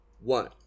one